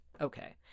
Okay